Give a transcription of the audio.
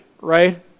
right